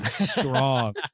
strong